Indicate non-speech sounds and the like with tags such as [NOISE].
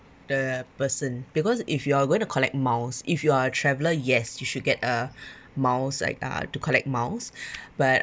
the person because if you are going to collect miles if you are a traveller yes you should get a [BREATH] miles like uh to collect miles [BREATH] but